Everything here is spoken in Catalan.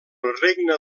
regne